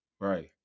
right